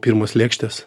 pirmos lėkštės